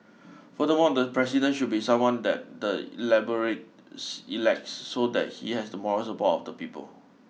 furthermore the President should be someone that the elaborates elects so that he has the moral support of the people